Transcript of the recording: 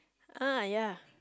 ah ya